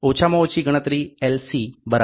ઓછામાં ઓછી ગણતરી L